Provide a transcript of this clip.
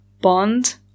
bond